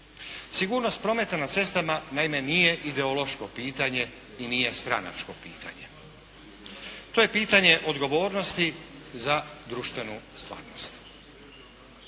Sigurnost prometa na cestama naime nije ideološko pitanje i nije stranačko pitanje. To je pitanje odgovornosti za društvenu stvarnost.